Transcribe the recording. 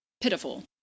pitiful